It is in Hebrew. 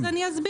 אז אני אסביר.